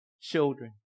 children